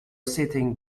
sitting